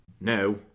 no